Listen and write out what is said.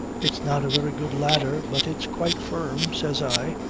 it's not a very good ladder, but it's quite firm, says i,